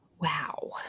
Wow